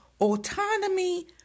autonomy